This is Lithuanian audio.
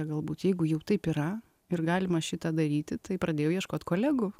galbūt jeigu jau taip yra ir galima šitą daryti tai pradėjau ieškot kolegų